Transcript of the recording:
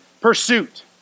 pursuit